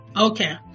Okay